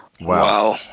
Wow